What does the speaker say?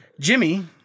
Jimmy